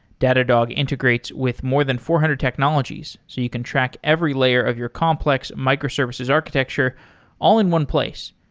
datadog integrates with more than four hundred technologies so you can track every layer of your complex microservices architecture all in one place.